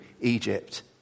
Egypt